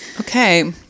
Okay